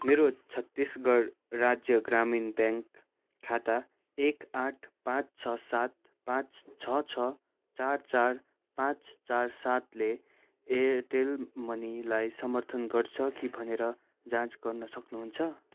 मेरो छत्तिसगढ राज्य ग्रामीण ब्याङ्क खाता एक आठ पाँच छ सात पाँच छ छ चार चार पाँच चार सातले एयरटेल मनीलाई समर्थन गर्छ कि भनेर जाँच गर्न सक्नुहुन्छ